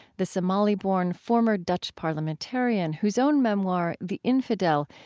the somali-born former dutch parliamentarian whose own memoir, the infidel,